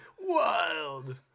Wild